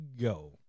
go